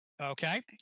Okay